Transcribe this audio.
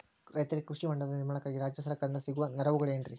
ರೈತರಿಗೆ ಕೃಷಿ ಹೊಂಡದ ನಿರ್ಮಾಣಕ್ಕಾಗಿ ರಾಜ್ಯ ಸರ್ಕಾರದಿಂದ ಸಿಗುವ ನೆರವುಗಳೇನ್ರಿ?